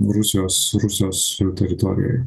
rusijos rusijos teritorijoj